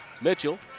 Mitchell